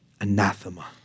anathema